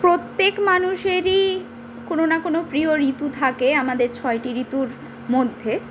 প্রত্যেক মানুষেরই কোনো না কোনো প্রিয় ঋতু থাকে আমাদের ছয়টি ঋতুর মধ্যে